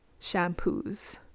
shampoos